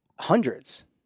hundreds